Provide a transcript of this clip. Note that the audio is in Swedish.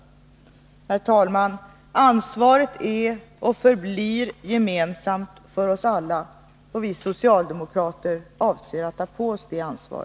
Herr talman! Ansvaret är och förblir gemensamt för oss alla. Vi socialdemokrater avser att ta på oss vårt ansvar.